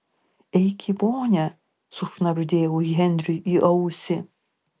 eik į vonią sušnabždėjau henriui į ausį